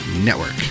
Network